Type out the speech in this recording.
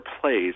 place